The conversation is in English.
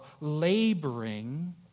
laboring